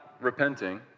repenting